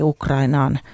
Ukrainaan